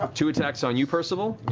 um two attacks on you, percival.